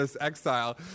exile